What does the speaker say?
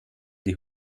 die